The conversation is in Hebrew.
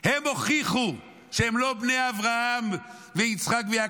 הם הוכיחו שהם לא בני אברהם ויצחק ויעקב,